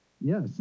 Yes